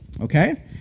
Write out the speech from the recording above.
Okay